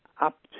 up